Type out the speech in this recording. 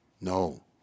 no